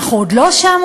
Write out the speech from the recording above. "אנחנו עוד לא שם",